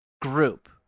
group